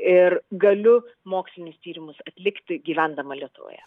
ir galiu mokslinius tyrimus atlikti gyvendama lietuvoje